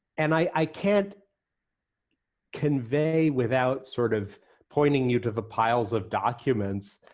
and i can't convey without sort of pointing you to the piles of documents,